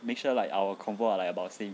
make sure like our convo like about the same